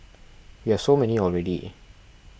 you have so many already